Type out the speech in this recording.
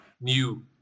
new